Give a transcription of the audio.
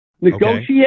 negotiate